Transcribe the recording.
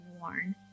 worn